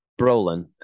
Brolin